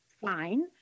fine